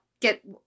get